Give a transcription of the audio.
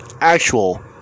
actual